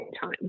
time